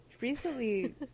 recently